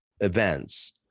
events